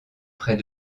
près